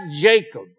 Jacob